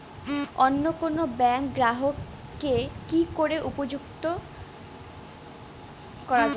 অন্য কোনো ব্যাংক গ্রাহক কে কি করে সংযুক্ত করা য়ায়?